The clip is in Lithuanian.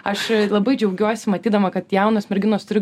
aš labai džiaugiuosi matydama kad jaunos merginos turi